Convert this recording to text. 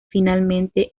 finalmente